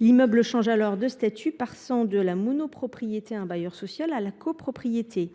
L’immeuble change alors de statut, passant de la monopropriété à la copropriété.